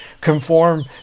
conform